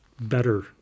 better